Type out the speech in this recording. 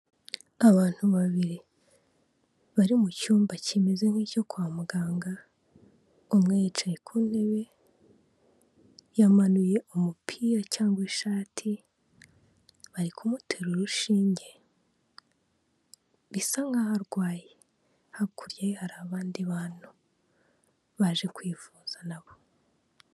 Abantu babiri, bari mu cyumba kimeze nk'icyo kwa muganga, umwe yicaye ku ntebe, yamanuye umupira cyangwa ishati, bari kumutera urushinge; bisa nk'aho arwaye. Hakurya ye hari abandi bantu, baje kwivuza nabo.